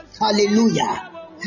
Hallelujah